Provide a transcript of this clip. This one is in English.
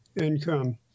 income